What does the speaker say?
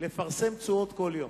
לפרסם תשואות כל יום.